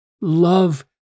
love